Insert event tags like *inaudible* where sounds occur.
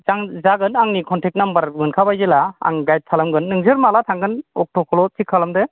*unintelligible* जागोन आंनि contact number मोनखाबाय जेला आं गाइड खालामगोन नोंसोर माला थांगोन अक्ट'खौल' थिक खालामदो